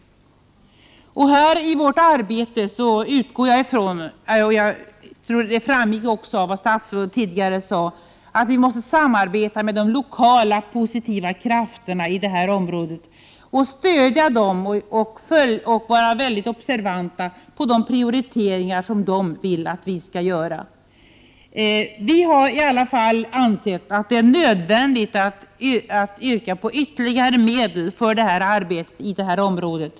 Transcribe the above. Jag utgår från — det framgick också av vad statsrådet tidigare sade — att vi i vårt arbete måste samarbeta med de lokala, positiva krafterna i detta område, stödja dem och vara mycket observanta på de prioriteringar som de vill att vi skall göra. Centerpartiet anser att det är nödvändigt att yrka på ytterligare medel för arbetet i detta område.